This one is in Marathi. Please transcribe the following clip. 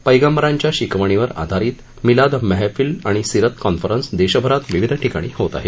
पैगंबरांच्या शिकवणीवर आधारित मिलाद महफील आणि सिरत कॉन्फरन्स देशभरात विविध ठिकाणी होत आहेत